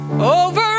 Over